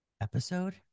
episode